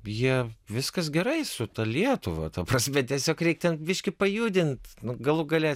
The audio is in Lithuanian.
jie viskas gerai su ta lietuva ta prasme tiesiog reik ten biškį pajudint nu galų gale